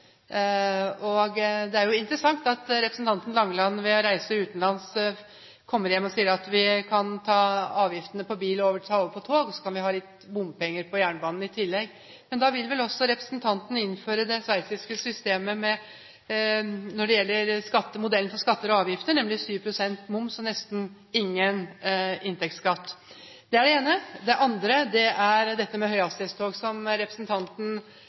Det er interessant at representanten Langeland etter å ha reist utenlands kommer hjem og sier at vi kan ta avgiftene på bil over på tog, og så kan vi ha litt bompenger på jernbanen i tillegg. Da vil vel også representanten innføre det sveitsiske systemet når det gjelder modellen for skatter og avgifter, nemlig 7 pst. moms og nesten ingen inntektsskatt? Det var det ene. Det andre gjelder dette med høyhastighetstog, som representanten